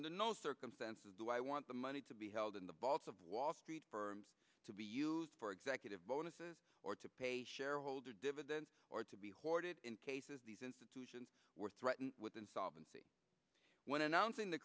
under no circumstances do i want the money to be held in the vaults of wall street firms to be used for executive bonuses or to pay shareholder dividends or to be hoarded in cases these institutions were threatened with insolvency when announcing the